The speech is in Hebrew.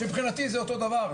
שמבחינתי זה אותו דבר.